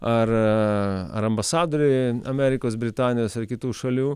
ar ar ambasadoriai amerikos britanijos ar kitų šalių